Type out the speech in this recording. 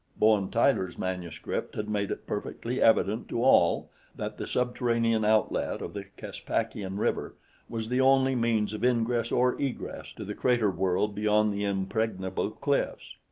bowen tyler's manuscript had made it perfectly evident to all that the subterranean outlet of the caspakian river was the only means of ingress or egress to the crater world beyond the impregnable cliffs.